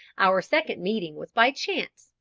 our second meeting was by chance,